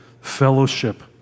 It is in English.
fellowship